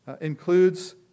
includes